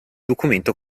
documento